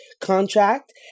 contract